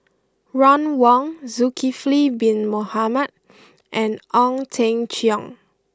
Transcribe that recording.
Ron Wong Zulkifli Bin Mohamed and Ong Teng Cheong